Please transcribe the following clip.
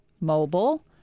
mobile